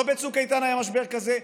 לא בצוק איתן היה משבר כזה,